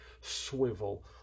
swivel